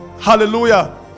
Hallelujah